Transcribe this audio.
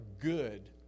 good